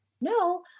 no